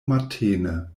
matene